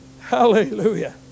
Hallelujah